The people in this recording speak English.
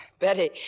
Betty